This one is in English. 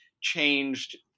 changed